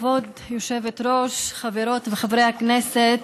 כבוד היושבת-ראש, חברות וחברי הכנסת,